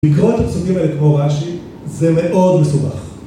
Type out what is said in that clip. לקרוא את הפסוקים האלה כמו רש״י זה מאוד מסובך...